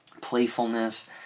playfulness